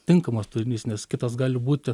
tinkamas turinys nes kitas gali būti